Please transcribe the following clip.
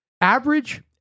Average